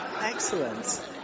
Excellent